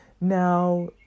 now